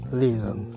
reason